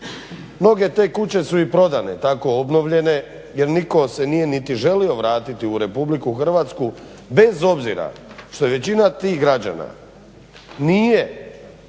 Mnoge te kuće su i prodane tako obnovljene jer nitko se nije niti želio vratiti u Republiku Hrvatsku bez obzira što većina tih građana nije